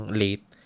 late